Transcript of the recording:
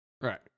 Right